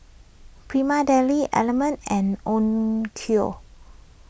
Prima Deli Element and Onkyo